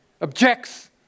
objects